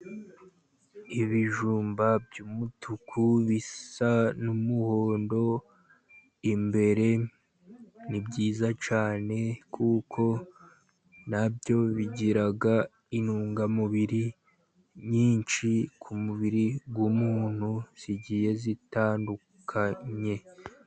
Ibijumba by'umutuku bisa n'umuhondo imbere ni byiza cyane, kuko nabyo bigira intungamubiri nyinshi ku mubiri w'umuntu zigiye zitandukanye.